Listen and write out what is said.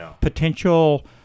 potential